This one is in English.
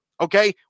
Okay